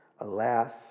Alas